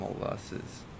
losses